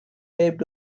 paved